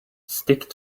stick